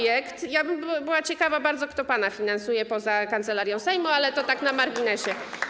Ja byłabym ciekawa bardzo, kto pana finansuje poza Kancelarią Sejmu, ale to tak na marginesie.